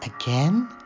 again